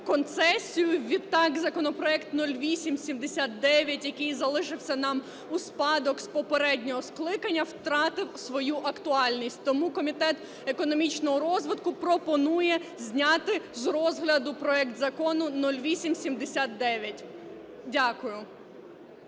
відтак законопроект 0879, який залишився нам у спадок з попереднього скликання, втратив свою актуальність. Тому Комітет економічного розвитку пропонує зняти з розгляду проект Закону 0879. Дякую.